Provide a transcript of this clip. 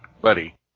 buddy